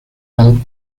rock